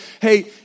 hey